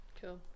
Cool